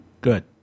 Good